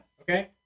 Okay